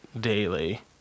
daily